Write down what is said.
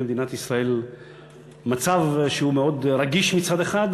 מדינת ישראל מצב שהוא מאוד רגיש מצד אחד,